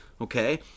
Okay